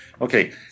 okay